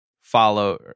follow